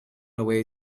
away